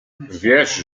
wiesz